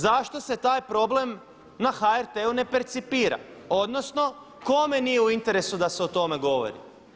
Zašto se taj problem na HRT-u ne percipira odnosno kome nije u interesu da se o tome govori?